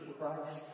Christ